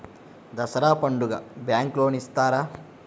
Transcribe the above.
దసరా పండుగ bank loan ఇస్తారా?